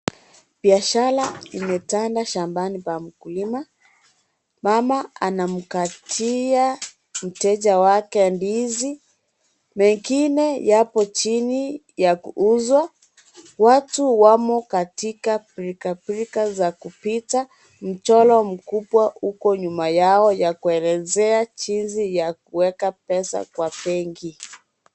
Biashara imetanda shambani pa mkulima, mama anamkatia mteja wake ndizi, mengine yapo chini ya kuuzwa. Watu wamo katika pilka pilka za kupita, mchoro mkubwa uko nyuma yao ya kuelezea jinsi ya kuweka pesa Kwa benki.